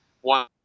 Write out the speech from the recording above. one